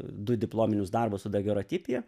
du diplominius darbus su dagerotipija